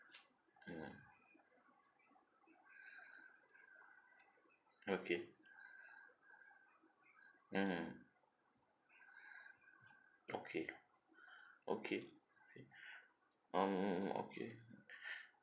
mm okay mm okay okay um okay